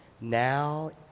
Now